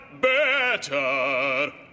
better